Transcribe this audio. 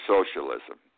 Socialism